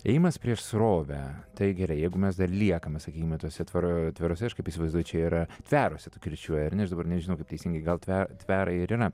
ėjimas prieš srovę tai gerai jeigu mes dar liekame sakykime tuose tvero tveruose aš kaip įsivazduoju čia yra tveruose tu kirčiuoji ar ne aš dabar nežinau kaip teisingai gal tve tverai ir yra